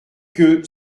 que